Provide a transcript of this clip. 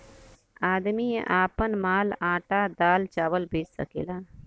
आदमी आपन माल आटा दाल चावल बेच सकेला